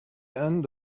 end